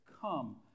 Come